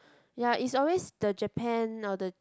ya it's always the Japan or the